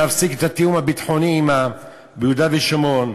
להפסיק את התיאום הביטחוני עמה ביהודה ושומרון,